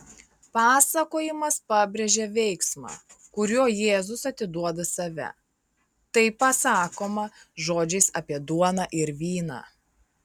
pasakojimas pabrėžia veiksmą kuriuo jėzus atiduoda save tai pasakoma žodžiais apie duoną ir vyną